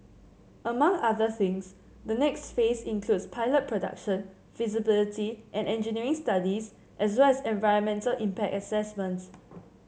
among other things the next phase includes pilot production feasibility and engineering studies as well as environmental impact assessments